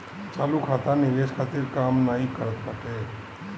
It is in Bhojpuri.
चालू खाता निवेश खातिर काम नाइ करत बाटे